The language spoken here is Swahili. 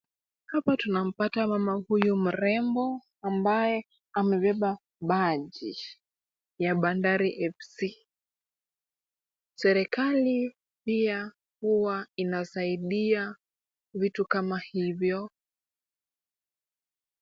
Hapa tunampata mama huyu mrembo ambaye amebeba baji ya Bandari FC. Serikali pia huwa inasaidia vitu kama hivyo.